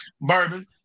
bourbon